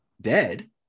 dead